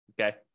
okay